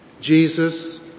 Jesus